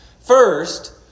First